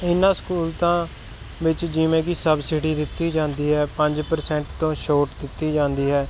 ਇਹਨਾਂ ਸਹੂਲਤਾਂ ਵਿੱਚ ਜਿਵੇਂ ਕਿ ਸਬਸਿਡੀ ਦਿੱਤੀ ਜਾਂਦੀ ਹੈ ਪੰਜ ਪਰਸੇਂਟ ਤੋਂ ਛੋਟ ਦਿੱਤੀ ਜਾਂਦੀ ਹੈ